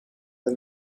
the